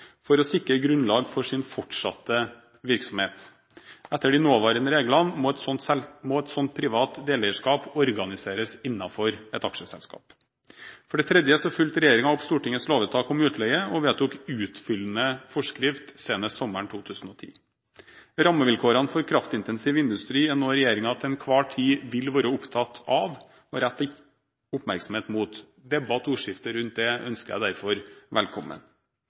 å sikre grunnlag for fortsatt virksomhet. Etter de nåværende reglene må et slikt privat deleierskap organiseres innenfor et aksjeselskap. Regjeringen fulgte opp Stortingets lovvedtak om utleie og vedtok utfyllende forskrifter senest sommeren 2010. Rammevilkårene for kraftintensiv industri er noe regjeringen til enhver tid vil være opptatt av og rette oppmerksomhet mot. Debatt og ordskifte rundt det ønsker jeg derfor velkommen.